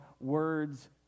words